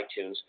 iTunes